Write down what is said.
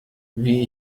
wie